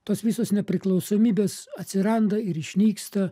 tos visos nepriklausomybės atsiranda ir išnyksta